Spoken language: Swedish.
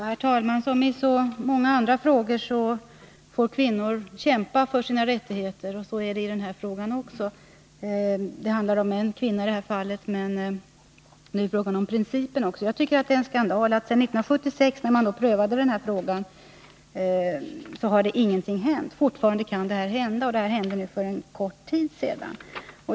Herr talman! Det är på samma sätt i den här frågan som i så många andra fall där kvinnor måste kämpa för sina rättigheter. Det handlar visserligen bara om en kvinna, men frågan gäller ju principen också. Jag tycker det är en skandal att det inte skett någonting nytt sedan 1976, när man prövade denna fråga. Fortfarande kan därför detta hända — det här fallet inträffade för en kort tid sedan.